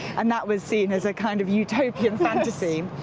and that was seen as a kind of utopian fantasy.